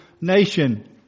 nation